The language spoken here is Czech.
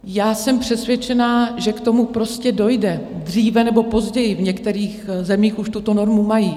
Já jsem přesvědčená, že k tomu prostě dojde dříve nebo později, v některých zemích už tuto normu mají.